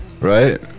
right